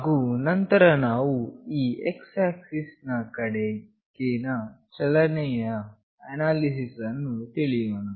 ಹಾಗು ನಂತರ ನಾವು ಈ x ಆಕ್ಸಿಸ್ ನ ಕಡೆಗಿನ ಚಲನೆಯ ಅನಾಲಿಸಿಸ್ ಅನ್ನು ತಿಳಿಯೋಣ